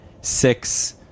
six